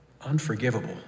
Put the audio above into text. unforgivable